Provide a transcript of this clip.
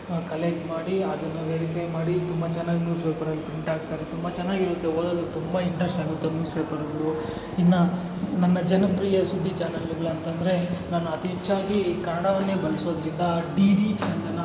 collect ಮಾಡಿ ಅದನ್ನು verify ಮಾಡಿ ತುಂಬ ಚೆನ್ನಾಗಿ ನ್ಯೂಸ್ ಪೇಪರಲ್ಲಿ ಪ್ರಿಂಟ್ ಹಾಕಿಸ್ತಾರೆ ತುಂಬ ಚೆನ್ನಾಗಿ ಇವರದ್ದು ಓದೋದಕ್ಕೆ ತುಂಬ ಇಂಟ್ರೆಸ್ಟ್ ಆಗುತ್ತೆ ನ್ಯೂಸ್ ಪೇಪರ್ಗಳು ಇನ್ನು ನನ್ನ ಜನಪ್ರಿಯ ಸುದ್ದಿ ಚಾನೆಲ್ಗಳಂತಂದ್ರೆ ನನ್ನ ಅತಿ ಹೆಚ್ಚಾಗಿ ಕನ್ನಡವೇ ಬಳಸೋದ್ರಿಂದ ಡಿ ಡಿ ಚಂದನ